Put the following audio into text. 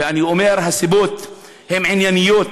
ואני אומר שהסיבות הן ענייניות,